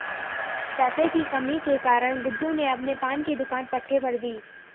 पैसे की कमी के कारण गुड्डू ने अपने पान की दुकान पट्टे पर दी